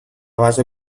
base